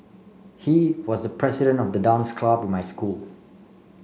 he was president of the dance club in my school